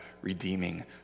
redeeming